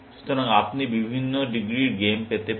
সুতরাং আপনি বিভিন্ন ডিগ্রীর গেম পেতে পারেন